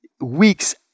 weeks